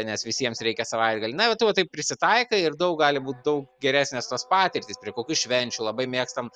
nes visiems reikia savaitgalį na tu va taip prisitaikai ir daug gali būt daug geresnės tos patirtys prie kokių švenčių labai mėgstam